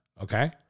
Okay